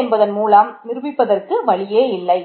என்பதன் மூலம் நிரூபிப்பதற்கு வழியே இல்லை